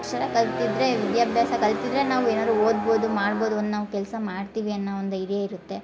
ಅಕ್ಷರ ಕಲ್ತಿದ್ದರೆ ವಿದ್ಯಾಭ್ಯಾಸ ಕಲ್ತಿದ್ದರೆ ನಾವು ಏನಾದರು ಓದ್ಬೋದು ಮಾಡ್ಬೋದು ಒಂದು ನಾವು ಕೆಲಸ ಮಾಡ್ತೀವಿ ಅನ್ನೋ ಒಂದು ಧೈರ್ಯ ಇರುತ್ತೆ